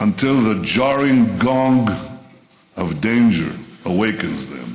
Until the jarring gong of danger awakens them,